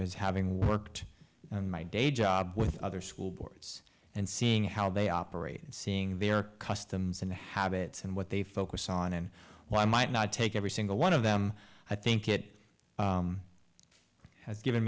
is having worked in my day job with other school boards and seeing how they operate and seeing their customs and habits and what they focus on and what i might not take every single one of them i think it has given